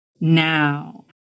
now